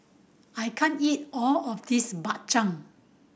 I can't eat all of this Bak Chang